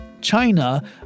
China